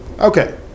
Okay